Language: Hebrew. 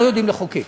לא יודעים לחוקק.